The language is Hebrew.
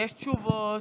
תשובות.